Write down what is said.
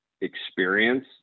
experience